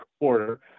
quarter